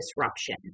disruption